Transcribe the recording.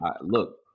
look